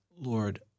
Lord